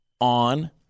on